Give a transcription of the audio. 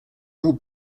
all